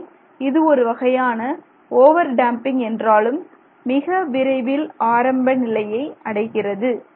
எனவே இது ஒருவகையான ஓவர் டேம்பிங் என்றாலும் மிக விரைவில் ஆரம்ப நிலையை அடைகிறது